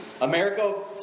America